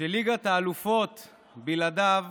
שליגת האלופות בלעדיו